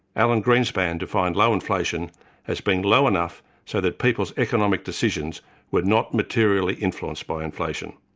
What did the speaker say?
alan greenspan defined low inflation as being low enough, so that people's economic decisions were not materially influenced by inflation.